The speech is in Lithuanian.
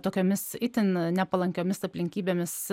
tokiomis itin nepalankiomis aplinkybėmis